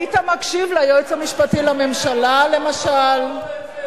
היית מקשיב ליועץ המשפטי לממשלה, למשל.